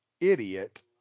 idiot